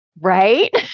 Right